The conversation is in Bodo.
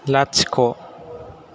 लाथिख'